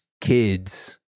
kids